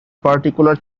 particular